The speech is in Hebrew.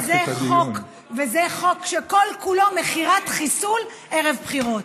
וזה חוק שכל-כולו מכירת חיסול ערב בחירות.